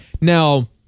Now